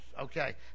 Okay